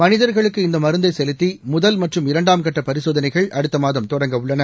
மனிதர்களுக்கு இந்த மருந்தை செலுத்தி முதல் மற்றும் இரண்டாம் கட்ட பரிசோதனைகள் அடுத்தமாதம் தொடங்கவுள்ளன